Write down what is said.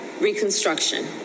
reconstruction